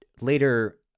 later